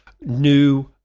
new